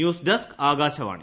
news desk Akashvani